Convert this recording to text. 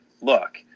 look